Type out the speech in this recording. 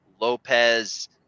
Lopez